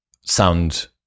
sound